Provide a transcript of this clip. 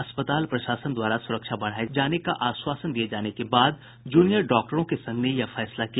अस्पताल प्रशासन द्वारा सुरक्षा बढ़ाये जाने का आश्वासन दिये जाने के बाद जूनियर डॉक्टरों के संघ ने यह फैसला किया